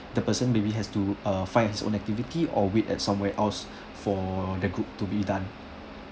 the person maybe has to uh find his own activity or wait at somewhere else for the group to be done